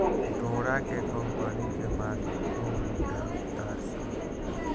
डोरा के कम्पनी के मालिक खूब लूटा तारसन